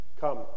Come